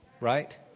Right